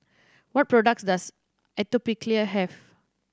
what products does Atopiclair have